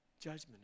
judgment